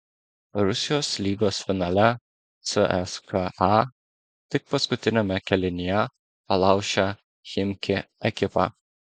rusijos lygos finale cska tik paskutiniame kėlinyje palaužė chimki ekipą